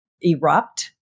erupt